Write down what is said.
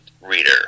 reader